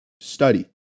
Study